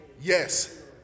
Yes